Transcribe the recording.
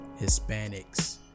Hispanics